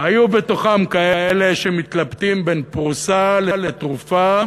היו בתוכם כאלה שמתלבטים בין פרוסה לתרופה,